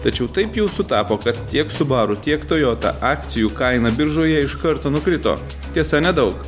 tačiau taip jau sutapo kad tiek subaru tiek toyota akcijų kaina biržoje iš karto nukrito tiesa nedaug